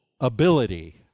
ability